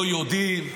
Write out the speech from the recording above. לא יודעים.